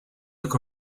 look